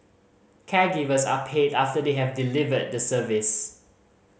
caregivers are paid after they have delivered the service